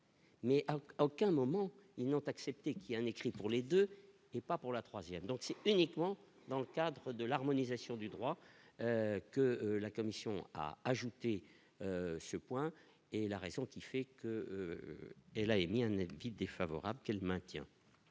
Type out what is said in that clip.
Mais à aucun moment il n'ont accepté qu'il y a un écrit pour les 2 et pas pour la 3ème, donc c'est uniquement dans le cadre de l'harmonisation du droit. Que la commission a ajouté ce point et la raison qui fait que et la et demi un demi défavorable qu'elle maintient.